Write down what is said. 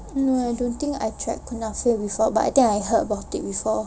mm I don't think I tried kunafe before but I think I've heard about it before